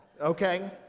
okay